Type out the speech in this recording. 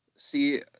See